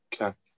Okay